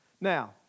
Now